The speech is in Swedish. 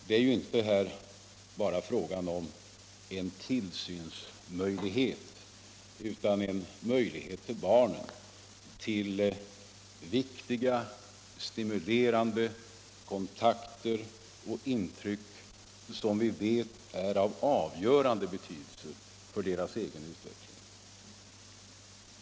Det är här fråga om inte bara en tillsynsmöjlighet utan en möjlighet för barnen till viktiga, stimulerande kontakter och intryck som vi vet är av avgörande betydelse för deras utveckling.